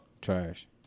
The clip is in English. Trash